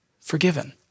forgiven